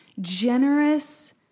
generous